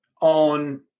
on